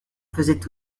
faisait